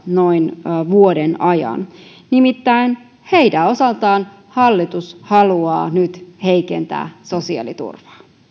noin vuoden ajan nimittäin heidän osaltaan hallitus haluaa nyt heikentää sosiaaliturvaa